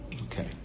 Okay